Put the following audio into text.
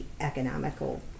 economical